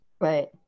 Right